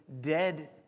dead